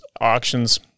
auctions